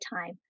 time